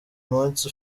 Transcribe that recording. munsi